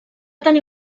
tenir